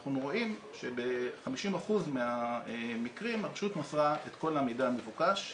אנחנו רואים שב-50% מהמקרים הרשות מסרה את כל המידע המבוקש,